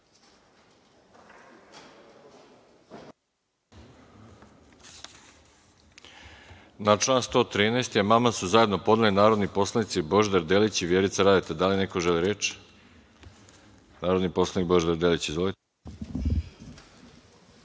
Na član 113. amandman su zajedno podneli narodni poslanici Božidar Delić i Vjerica Radeta. Da li neko želi reč? Reč ima narodni poslanik Božidar Delić. Izvolite.